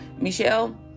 michelle